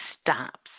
stops